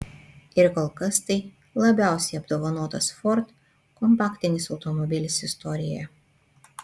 ir kol kas tai labiausiai apdovanotas ford kompaktinis automobilis istorijoje